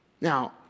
Now